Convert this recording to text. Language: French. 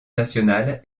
nationale